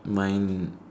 mine